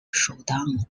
showdown